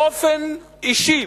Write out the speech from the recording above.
באופן אישי,